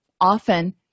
often